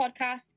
Podcast